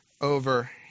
over